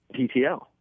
PTL